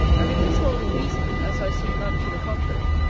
and if this hold in reason, as i see none to the contrary,